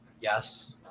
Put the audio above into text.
Yes